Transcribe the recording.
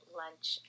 lunch